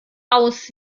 aus